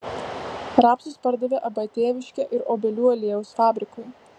rapsus pardavė ab tėviškė ir obelių aliejaus fabrikui